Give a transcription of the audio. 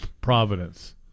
Providence